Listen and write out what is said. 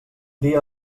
dia